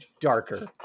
darker